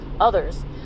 others